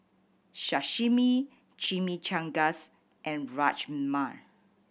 Sashimi Chimichangas and Rajma